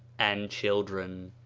and children.